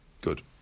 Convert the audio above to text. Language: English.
Good